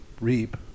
reap